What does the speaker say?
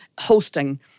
hosting